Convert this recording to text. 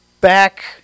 back